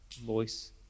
voice